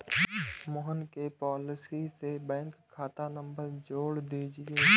मोहन के पॉलिसी से बैंक खाता नंबर जोड़ दीजिए